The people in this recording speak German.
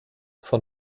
von